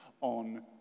on